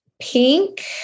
pink